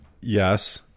Yes